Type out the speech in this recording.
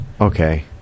Okay